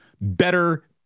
Better